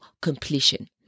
completion